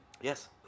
yes